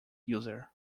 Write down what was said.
user